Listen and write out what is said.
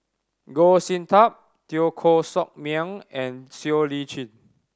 Goh Sin Tub Teo Koh Sock Miang and Siow Lee Chin